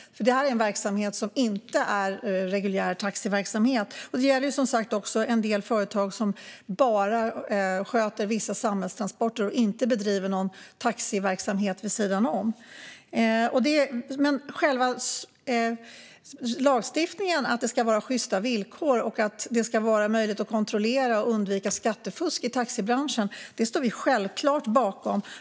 Det är en verksamhet som inte är reguljär taxiverksamhet. Det gäller också en del företag som bara sköter vissa samhällstransporter och inte bedriver någon taxiverksamhet vid sidan om. Enligt lagstiftningen ska det vara sjysta villkor och finnas möjlighet att kontrollera och undvika skattefusk i taxibranschen. Det står vi självklart bakom.